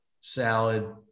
salad